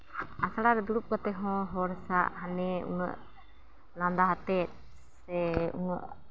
ᱟᱥᱲᱟ ᱨᱮ ᱫᱩᱲᱩᱵ ᱠᱟᱛᱮᱫ ᱦᱚᱸ ᱦᱚᱲ ᱥᱟᱶ ᱦᱟᱹᱱᱤ ᱩᱱᱟᱹᱜ ᱞᱟᱸᱫᱟ ᱟᱛᱮᱫ ᱥᱮ ᱩᱱᱟᱹᱜ